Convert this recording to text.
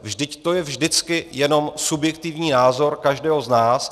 Vždyť to je vždycky jenom subjektivní názor každého z nás.